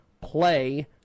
Play